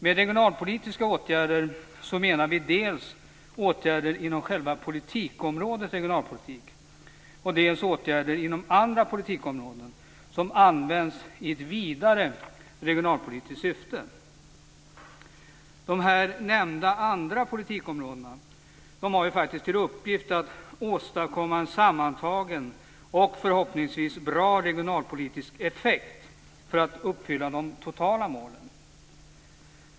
Med regionalpolitiska åtgärder menar vi dels åtgärder inom själva politikområdet regionalpolitik, dels åtgärder inom andra politikområden som används i ett vidare regionalpolitiskt syfte. Dessa andra politikområden har till uppgift att åstadkomma en sammantagen och förhoppningsvis bra regionalpolitisk effekt för att man ska kunna uppfylla de totala målen.